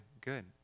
good